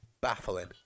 baffling